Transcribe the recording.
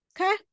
Okay